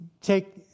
take